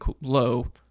low